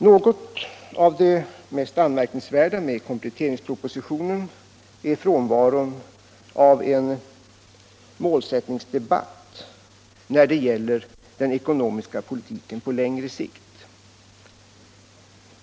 Något av det mest anmärkningsvärda med kompletteringspropositionen är frånvaron av en målsättningsdebatt när det gäller den ekonomiska politiken på längre sikt.